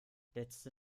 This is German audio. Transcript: letzte